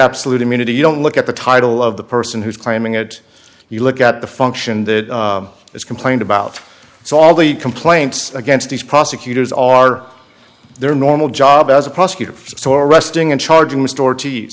absolute immunity you don't look at the title of the person who's claiming it you look at the function that is complained about it's all the complaints against these prosecutors are their normal job as a prosecutor store arresting and charging the store t